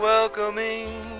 Welcoming